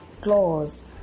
claws